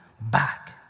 back